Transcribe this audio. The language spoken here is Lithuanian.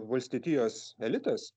valstietijos elitas